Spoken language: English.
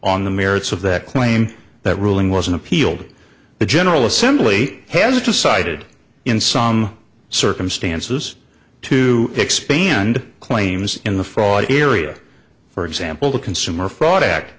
on the merits of that claim that ruling was an appeal to the general assembly has decided in some circumstances to expand claims in the fraud area for example the consumer fraud act